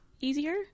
easier